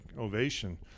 ovation